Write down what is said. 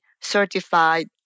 certified